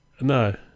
No